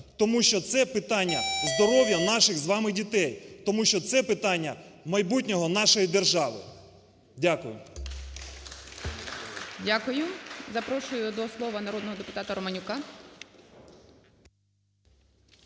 тому що це питання здоров'я наших з вами дітей, тому що це питання майбутнього нашої держави. Дякую. ГОЛОВУЮЧИЙ. Дякую. Запрошую до слова народного депутата Романюка.